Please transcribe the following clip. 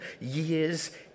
years